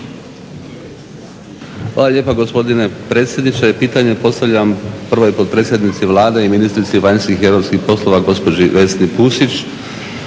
Hvala lijepa gospodine predsjedniče. Pitanje postavljam prvoj potpredsjednici Vlade i ministrici vanjskih i europskih poslova gospođi Vesni Pusić.